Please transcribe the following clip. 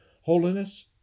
Holiness